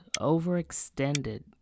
overextended